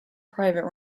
private